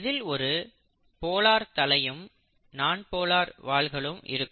இதில் ஒரு போலார் தலையும் நான்போலார் வால்களும் இருக்கும்